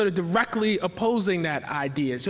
ah directly opposing that idea, so